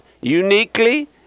uniquely